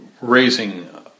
raising